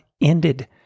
ended